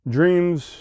Dreams